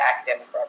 academic